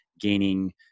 gaining